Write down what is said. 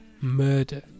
Murder